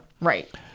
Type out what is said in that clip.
Right